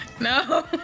no